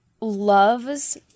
loves